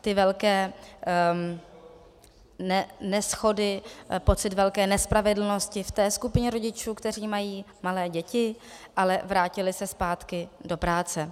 Ty velké neshody, pocit velké nespravedlnosti v té skupině rodičů, kteří mají malé děti, ale vrátili se zpátky do práce.